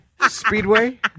Speedway